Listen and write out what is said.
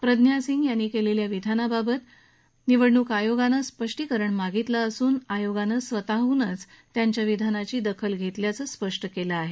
प्रज्ञासिंह यांनी केलेल्या विधानाबाबत निवडणूक आयोगानं स्पष्टीकरण मागितलं असून आयोगानं स्वतःहूनच या विधानाची दखल घेतल्याचं स्पष्ट केलं आहे